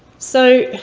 so,